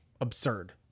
absurd